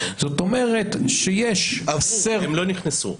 זאת אומרת שיש --- הם לא נכנסו,